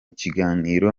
kiganiro